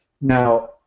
Now